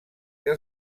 que